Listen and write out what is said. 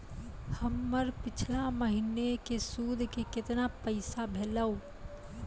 हमर पिछला महीने के सुध के केतना पैसा भेलौ?